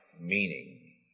meaning